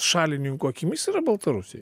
šalininkų akimis yra baltarusiai